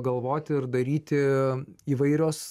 galvoti ir daryti įvairios